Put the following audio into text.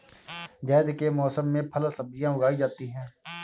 ज़ैद के मौसम में फल सब्ज़ियाँ उगाई जाती हैं